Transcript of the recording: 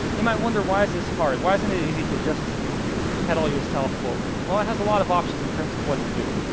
you might wonder why is this hard? why isn't it easy to just pedal yourself forward? well, it has a lot of options in terms of what to do.